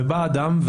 ובא אדם,